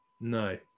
No